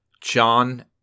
John